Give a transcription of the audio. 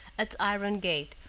at the iron gate,